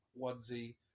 onesie